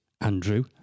Andrew